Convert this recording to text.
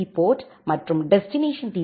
B port மற்றும் destination tea